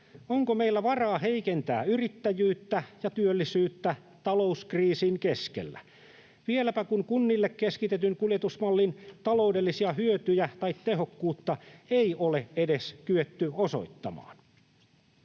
onko meillä varaa heikentää yrittäjyyttä ja työllisyyttä talouskriisin keskellä, vieläpä kun kunnille keskitetyn kuljetusmallin taloudellisia hyötyjä tai tehokkuutta ei ole edes kyetty osoittamaan.